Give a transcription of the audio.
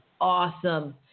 awesome